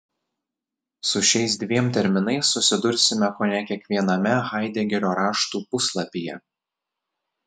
su šiais dviem terminais susidursime kone kiekviename haidegerio raštų puslapyje